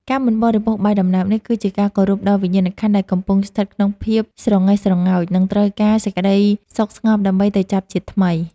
ការមិនបរិភោគបាយដំណើបនេះ គឺជាការគោរពដល់វិញ្ញាណក្ខន្ធដែលកំពុងស្ថិតក្នុងភាពស្រងេះស្រងោច និងត្រូវការសេចក្តីសុខស្ងប់ដើម្បីទៅចាប់ជាតិថ្មី។